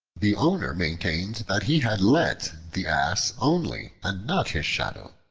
the owner maintained that he had let the ass only, and not his shadow.